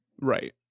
Right